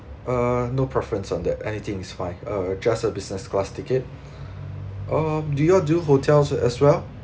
uh no preference on that anything is fine uh just a business class ticket um do you all do hotels as well